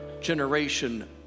generation